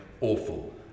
Awful